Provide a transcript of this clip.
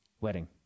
wedding